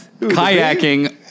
Kayaking